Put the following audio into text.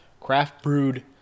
craft-brewed